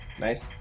Nice